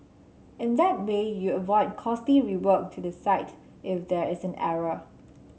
in that way you avoid costly rework to the site if there is an error